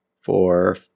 four